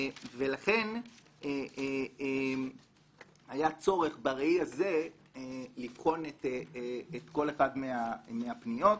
לכן היה צורך בראי הזה לבחון את כל אחת מהפניות.